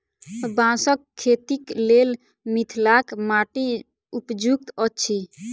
बाँसक खेतीक लेल मिथिलाक माटि उपयुक्त अछि